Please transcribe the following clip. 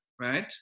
right